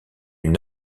une